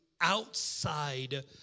outside